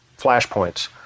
flashpoints